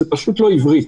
זה פשוט לא עברית.